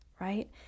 right